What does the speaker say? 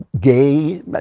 Gay